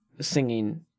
singing